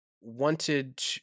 wanted